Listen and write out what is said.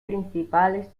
principales